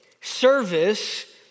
service